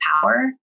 power